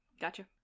Gotcha